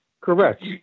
Correct